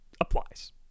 applies